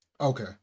Okay